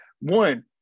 One